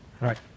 right